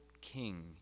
king